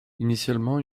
initialement